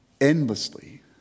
endlessly